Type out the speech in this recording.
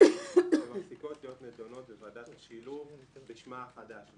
ואפיון ומפסיקות להיות נדונות בוועדת השילוב בשמה החדש.